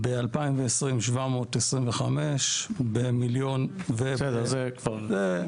ב-2020 725,000. בסדר, זה כבר.